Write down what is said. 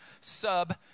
Sub